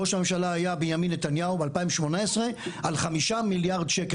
ראש הממשלה היה בנימין נתניה ב-2018 על 5 מיליארד שקלים.